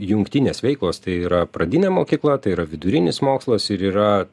jungtinės veiklos tai yra pradinė mokykla tai yra vidurinis mokslas ir yra